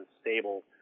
stable